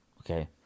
okay